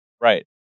Right